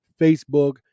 Facebook